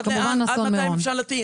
עד מתי אפשר להמתין?